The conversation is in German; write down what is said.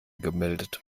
gemeldet